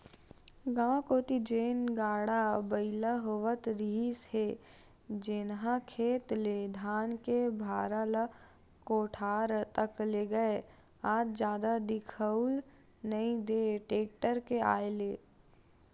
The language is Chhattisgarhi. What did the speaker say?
गाँव कोती जेन गाड़ा बइला होवत रिहिस हे जेनहा खेत ले धान के भारा ल कोठार तक लेगय आज जादा दिखउल नइ देय टेक्टर के आय ले